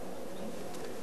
ההצעה להעביר את הצעת חוק הנוער (טיפול והשגחה)